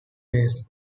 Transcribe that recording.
base